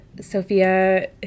Sophia